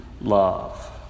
love